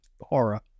horror